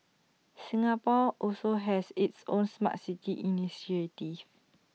Singapore also has its own Smart City initiative